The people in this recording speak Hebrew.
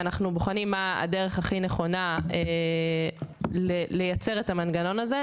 ואנחנו בוחנים מה הדרך הכי נכונה לייצר את המנגנון הזה.